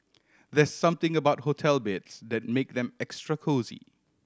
there something about hotel beds that makes them extra cosy